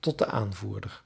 tot den aanvoerder